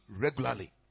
regularly